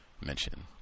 mention